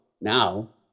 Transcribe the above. Now